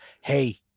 Hey